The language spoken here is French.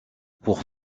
pour